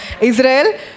Israel